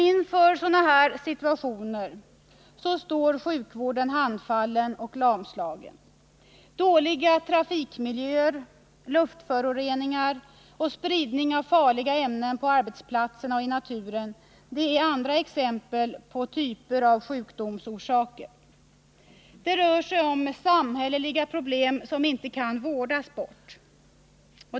Inför sådana här situationer står sjukvården handfallen och lamslagen. Dåliga trafikmiljöer, luftföroreningar och spridning av farliga ämnen på arbetsplatserna och i naturen är andra exempel på typer av sjukdomsorsaker. 129 Det rör sig om samhälleliga problem som inte kan vårdas bort.